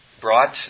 brought